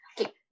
Okay